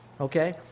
Okay